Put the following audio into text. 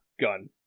Gun